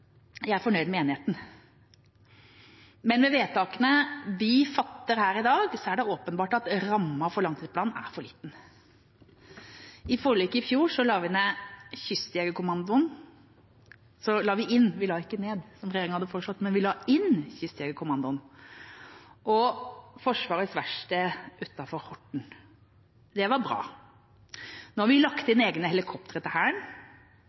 Jeg er fornøyd med enigheten. Men med vedtakene vi fatter her i dag, er det åpenbart at rammen for langtidsplanen er for liten. I forliket i fjor la vi inn Kystjegerkommandoen – vi la den ikke ned, som regjeringa hadde foreslått – og Forsvarets verksted utenfor Horten. Det var bra. Nå har vi lagt inn egne helikoptre til Hæren,